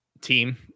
team